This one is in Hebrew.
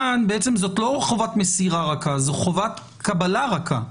כאן זאת לא חובת מסירה רכה, זאת חובת קבלה רכה.